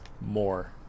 more